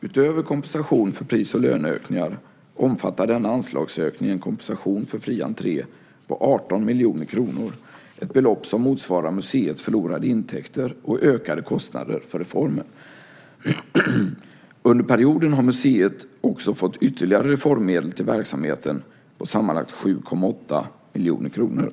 Utöver kompensation för pris och löneökningar omfattar denna anslagsökning kompensation för fri entré på 18 miljoner kronor, ett belopp som motsvarar museets förlorade intäkter och ökade kostnader för reformen. Under perioden har museet också fått ytterligare reformmedel till verksamheten på sammanlagt 7,8 miljoner kronor.